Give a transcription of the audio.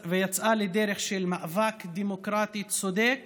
ויצאה לדרך של מאבק דמוקרטי צודק